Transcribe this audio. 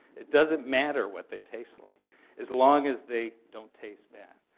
it doesn't matter what they taste like as long as they don't taste bad.